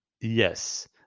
Yes